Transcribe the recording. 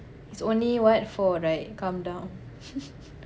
he's only what four right calm down